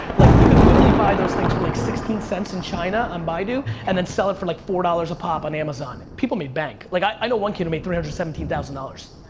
like, you could literally buy those things for like sixteen cents in china on baidu and then sell it for like four dollars a pop on amazon. people made bank. like, i know one kid who made three hundred and seventeen thousand dollars.